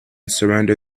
surrender